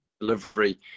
delivery